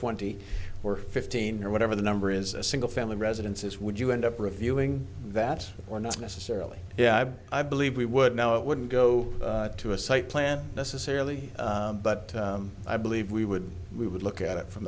twenty or fifteen or whatever the number is a single family residences would you end up reviewing that or not necessarily yeah i believe we would now it wouldn't go to a site plan necessarily but i believe we would we would look at it from